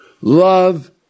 Love